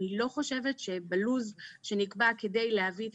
אני לא חושבת שבלו"ז שנקבע כדי להביא את